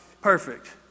perfect